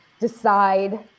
decide